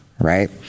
right